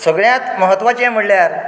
सगळ्यांत म्हत्वाचे म्हळ्यार